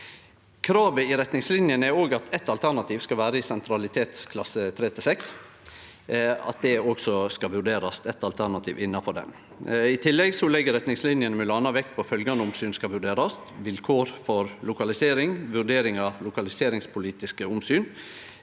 Kravet i retningslinjene er òg at eitt alternativ skal vere i sentralitetsklasse 3–6, altså at det også skal vurderast eit alternativ innanfor det. I tillegg legg retningslinjene m.a. vekt på at følgjande omsyn skal vurderast: vilkår for lokalisering, vurdering av lokaliseringspolitiske omsyn,